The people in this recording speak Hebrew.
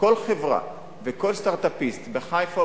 כל חברה או כל סטארט-אפ בחיפה,